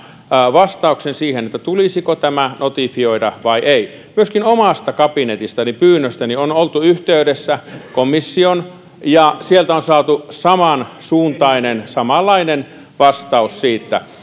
vastauksen siihen tulisiko tämä notifioida vai ei myöskin omasta kabinetistani pyynnöstäni on oltu yhteydessä komissioon ja sieltä on saatu samansuuntainen samanlainen vastaus siitä